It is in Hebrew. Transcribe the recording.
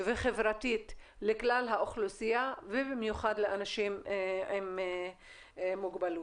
וחברתית לכלל האוכלוסייה ובמיוחד לאנשים עם מוגבלות.